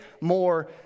more